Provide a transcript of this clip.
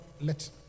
let